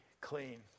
clean